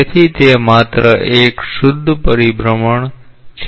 તેથી તે માત્ર એક શુદ્ધ પરિભ્રમણ છે